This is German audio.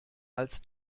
als